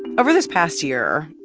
over this past year,